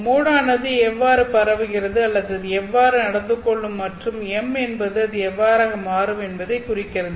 மோடானது எவ்வாறு பரவுகிறது அல்லது அது எவ்வாறு நடந்துகொள்ளும் மற்றும் M என்பது அது எவ்வாறு மாறும் என்பதைக் குறிக்கிறது